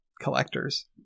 collectors